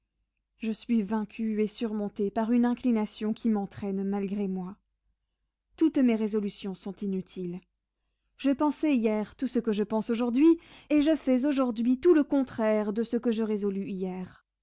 je suis vaincue et surmontée par une inclination qui m'entraîne malgré moi toutes mes résolutions sont inutiles je pensai hier tout ce que je pense aujourd'hui et je fais aujourd'hui tout le contraire de ce que je résolus hier